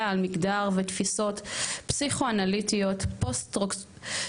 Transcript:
על מגדר / ותפיסות פסיכואנליטיות / פוסט-סטרוקטורליסטיות